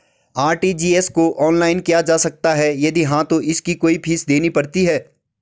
RTGS को online किया जा सकता है यदि हाँ तो इसकी कोई फीस देनी पड़ती है?